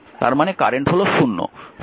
তার মানে কারেন্ট হল 0